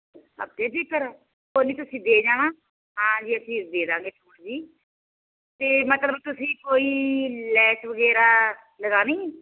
ਹਫ਼ਤੇ 'ਚ ਹੀ ਕਰਾਂ ਕੋਈ ਨਹੀਂ ਤੁਸੀਂ ਦੇ ਜਾਣਾ ਹਾਂ ਜੀ ਅਸੀਂ ਦੇ ਦੇਵਾਂਗੇ ਸੂਟ ਜੀ ਅਤੇ ਮਤਲਬ ਤੁਸੀਂ ਕੋਈ ਲੈਸ ਵਗੈਰਾ ਲਗਾਉਣੀ